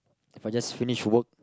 If I just finish work